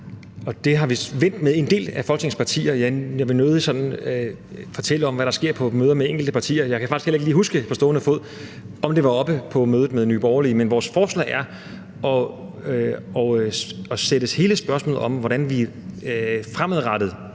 det har vi vendt med en del af Folketingets partier. Jeg vil nødig sådan fortælle om, hvad der sker på møder med enkelte partier, og jeg kan faktisk heller ikke huske lige på stående fod, om det var oppe på mødet med Nye Borgerlige. Men vores forslag i forhold til hele spørgsmålet om, hvordan vi fremadrettet